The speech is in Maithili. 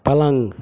पलङ्ग